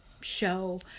show